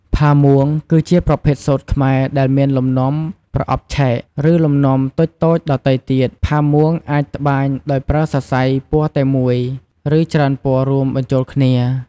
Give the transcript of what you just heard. ផាមួងគឺជាប្រភេទសូត្រខ្មែរដែលមានលំនាំប្រអប់ឆែក ឬលំនាំតូចៗដទៃទៀត ផាមួងអាចត្បាញដោយប្រើសរសៃពណ៌តែមួយ ឬច្រើនពណ៌រួមបញ្ចូលគ្នា។